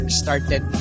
started